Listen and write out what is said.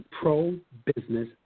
Pro-business